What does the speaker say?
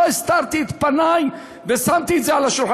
לא הסתרתי את פני, ושמתי את זה על השולחן.